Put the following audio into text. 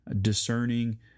discerning